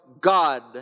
God